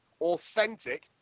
authentic